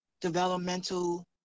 developmental